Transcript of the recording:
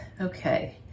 Okay